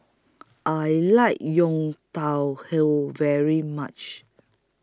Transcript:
I like Yang Tao Hole very much